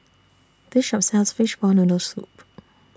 This Shop sells Fishball Noodle Soup